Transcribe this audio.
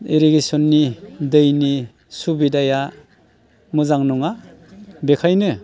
इरिगेसननि दैनि सुबिदाया मोजां नङा बेखायनो